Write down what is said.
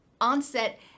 onset